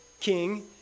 king